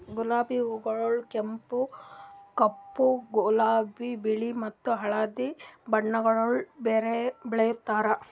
ಗುಲಾಬಿ ಹೂಗೊಳ್ ಕೆಂಪು, ಕಪ್ಪು, ಗುಲಾಬಿ, ಬಿಳಿ ಮತ್ತ ಹಳದಿ ಬಣ್ಣಗೊಳ್ದಾಗ್ ಬೆಳೆತಾರ್